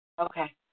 Okay